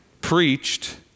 preached